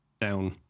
down